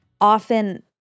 often